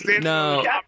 No